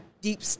deep